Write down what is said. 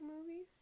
movies